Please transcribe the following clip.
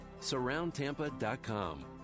SurroundTampa.com